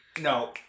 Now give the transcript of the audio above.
No